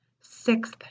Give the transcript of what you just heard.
Sixth